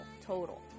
total